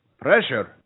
Pressure